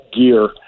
gear